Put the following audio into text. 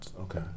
Okay